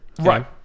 Right